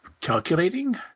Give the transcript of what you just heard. calculating